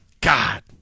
God